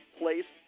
place